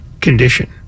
condition